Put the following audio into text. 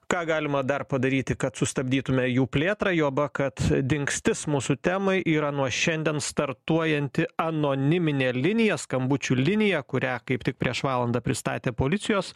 ką galima dar padaryti kad sustabdytume jų plėtrą juoba kad dingstis mūsų temai yra nuo šiandien startuojanti anoniminė linija skambučių linija kurią kaip tik prieš valandą pristatė policijos